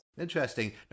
Interesting